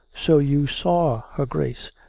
so you saw her grace?